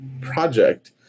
project